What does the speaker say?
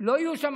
לא יהיו שם,